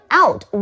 out